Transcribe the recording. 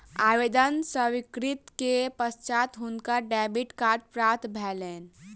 आवेदन स्वीकृति के पश्चात हुनका डेबिट कार्ड प्राप्त भेलैन